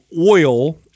oil